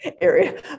area